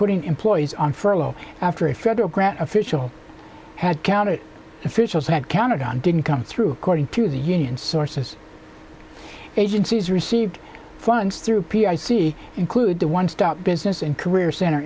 putting employees on furlough after a federal grant official had counted officials had counted on didn't come through cording to the union sources agencies received funds through peer i see include the one stop business and career cent